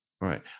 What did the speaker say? right